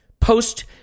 post